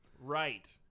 Right